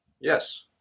Yes